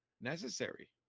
necessary